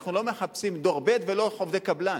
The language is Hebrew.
אנחנו לא מחפשים דור ב' ולא עובדי קבלן.